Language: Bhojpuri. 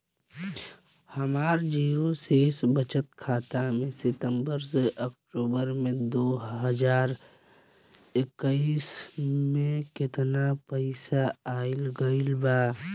हमार जीरो शेष बचत खाता में सितंबर से अक्तूबर में दो हज़ार इक्कीस में केतना पइसा आइल गइल बा?